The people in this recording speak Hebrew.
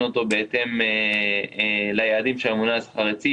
אותו בהתאם ליעדים שהממונה על השכר הציב,